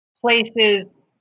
places